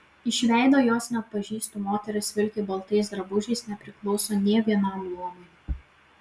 iš veido jos neatpažįstu moteris vilki baltais drabužiais nepriklauso nė vienam luomui